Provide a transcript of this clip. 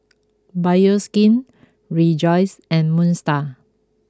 Bioskin Rejoice and Moon Star